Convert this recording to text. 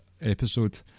episode